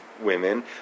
women